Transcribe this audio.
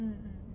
mm mm